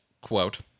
quote